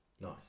Nice